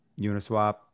Uniswap